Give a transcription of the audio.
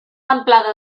amplada